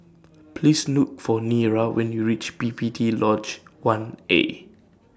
Please Look For Nira when YOU REACH P P T Lodge one A